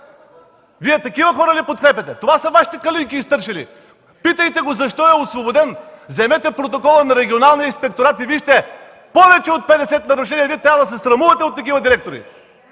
Вие такива хора ли подкрепяте? Това са Вашите Калинки и стършели. Питайте го защо е освободен. Вземете протокола на регионалния инспекторат и вижте: има повече от 50 нарушения. Вие трябва да се срамувате от такива директори.